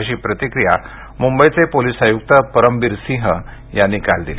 अशी प्रतिक्रिया मुंबईचे पोलीस आयुक्त परमबीर सिंह यांनी काल दिली